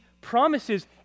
promises